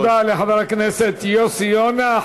תודה לחבר הכנסת יוסי יונה.